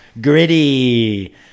gritty